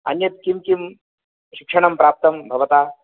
अन्यत् किं किं शिक्षणं प्राप्तं भवता